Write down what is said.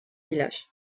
village